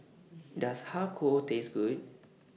Does Har Kow Taste Good